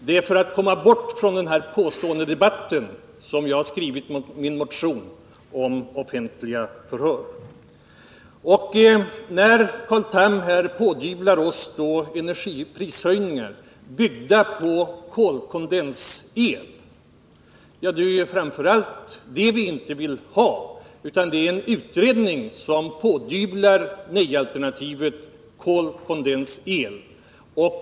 Det är för att komma bort från denna påståendedebatt som jag har skrivit min motion om offentliga förhör. Folkomröstning Carl Tham säger att vår linje medför energiprishöjningar på grund av i kärnkraftsfrågan kolkondensel. Det är ju framför allt det vi inte vill ha. Det är en utredning som pådyvlar nej-alternativet kolkondensel.